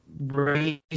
raise